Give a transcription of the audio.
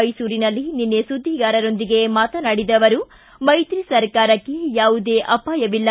ಮೈಸೂರಿನಲ್ಲಿ ನಿನ್ನೆ ಸುದ್ದಿಗಾರರೊಂದಿಗೆ ಮಾತನಾಡಿದ ಅವರು ಮೈತ್ರಿ ಸರ್ಕಾರಕ್ಕೆ ಯಾವುದೇ ಅಪಾಯವಿಲ್ಲ